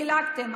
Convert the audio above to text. דילגתם,